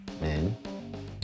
men